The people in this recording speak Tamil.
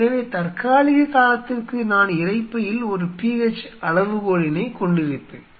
எனவே தற்காலிக காலத்திற்கு நான் இரைப்பையில் ஒரு pH அளவுகோலினைக் கொண்டிருப்பேன்